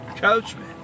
Coachman